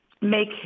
make